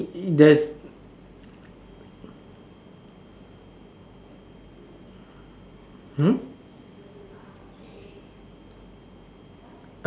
there's